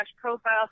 profile